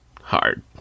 Hard